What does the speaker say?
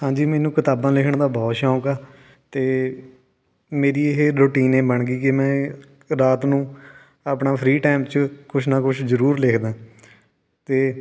ਹਾਂਜੀ ਮੈਨੂੰ ਕਿਤਾਬਾਂ ਲਿਖਣ ਦਾ ਬਹੁਤ ਸ਼ੌਂਕ ਆ ਅਤੇ ਮੇਰੀ ਇਹ ਰੂਟੀਨ ਇਹ ਬਣ ਗਈ ਕਿ ਮੈਂ ਰਾਤ ਨੂੰ ਆਪਣਾ ਫਰੀ ਟਾਈਮ 'ਚ ਕੁਛ ਨਾ ਕੁਛ ਜ਼ਰੂਰ ਲਿਖਦਾ ਅਤੇ